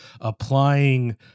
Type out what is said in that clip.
applying